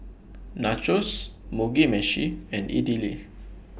Nachos Mugi Meshi and Idili